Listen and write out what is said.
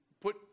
put